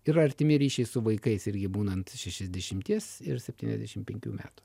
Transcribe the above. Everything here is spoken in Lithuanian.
ir artimi ryšiai su vaikais irgi būnant šešiasdešimties ir septyniasdešimt penkių metų